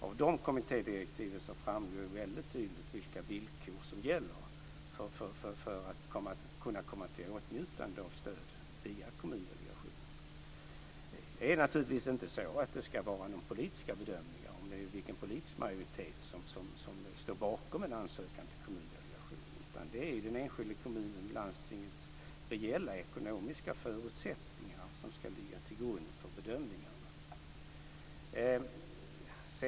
Av dessa kommittédirektiv framgår det väldigt tydligt vilka villkor som gäller för att kunna komma i åtnjutande av stöd via Det ska naturligtvis inte göras några politiska bedömningar av vilken politisk majoritet det är som står bakom en ansökan till Kommundelegationen, utan det är den enskilda kommunens eller det enskilda landstingets reella ekonomiska förutsättningar som ska ligga till grund för dessa bedömningar.